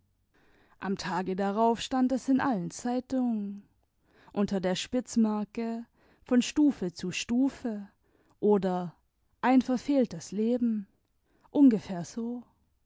am tage darauf stand es in allen zeitimgen unter der spitzmarke von stufe zu stufe oder ein verfehltes leben imgefähr so